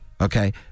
Okay